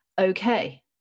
Okay